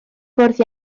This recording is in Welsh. fwrdd